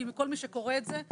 כי כל מי שקורא את זה,